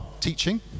teaching